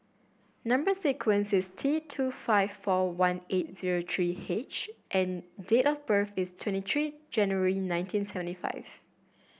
number sequence is T two five four one eight zero three H and date of birth is twenty three January nineteen seventy five